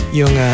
yung